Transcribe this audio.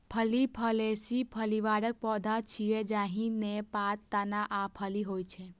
फली फैबेसी परिवारक पौधा छियै, जाहि मे पात, तना आ फली होइ छै